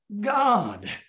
God